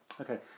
Okay